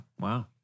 Wow